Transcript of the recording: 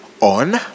on